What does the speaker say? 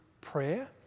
prayer